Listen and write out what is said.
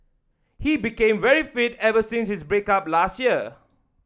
he became very fit ever since his break up last year